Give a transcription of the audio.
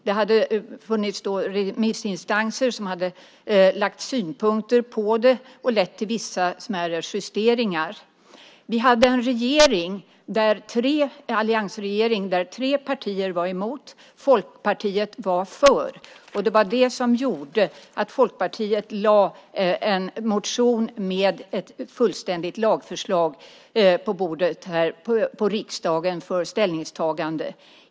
Det hade funnits remissinstanser som hade lagt fram synpunkter på det, som ledde till vissa smärre justeringar. Vi hade en alliansregering där tre partier var emot. Folkpartiet var för. Det var det som gjorde att Folkpartiet lade en motion med ett fullständigt lagförslag på bordet i riksdagen för ställningstagande.